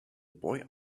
boy